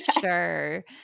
sure